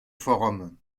forum